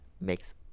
makes